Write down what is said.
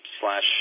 slash